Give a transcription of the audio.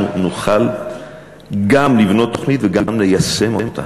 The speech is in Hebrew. תאמיני לי שאנחנו נוכל גם לבנות תוכנית וגם ליישם אותה.